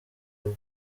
bw’u